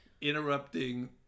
interrupting